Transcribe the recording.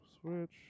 Switch